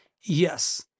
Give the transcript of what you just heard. Yes